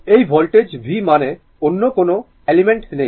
এই voltage v মানে অন্য কোনও এলিমেন্ট নেই